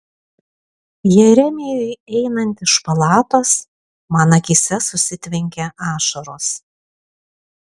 jeremijui einant iš palatos man akyse susitvenkė ašaros